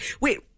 Wait